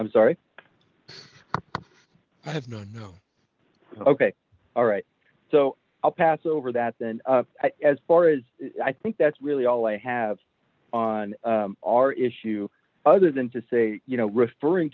i'm sorry i have no no ok all right so i'll pass over that then as far as i think that's really all i have on our issue other than to say you know referring